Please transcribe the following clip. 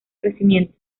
crecimiento